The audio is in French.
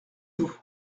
vous